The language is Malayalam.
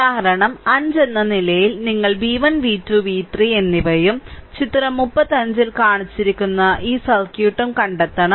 ഉദാഹരണം 5 എന്ന നിലയിൽ നിങ്ങൾ v 1 v 2 v 3 എന്നിവയും ചിത്രം 35 ൽ കാണിച്ചിരിക്കുന്ന ഈ സർക്യൂട്ടും കണ്ടെത്തണം